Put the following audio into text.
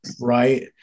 right